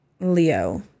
Leo